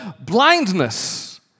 blindness